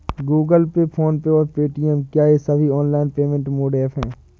Google Pay PhonePe और Paytm क्या ये सभी ऑनलाइन पेमेंट मोड ऐप हैं?